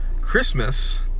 Christmas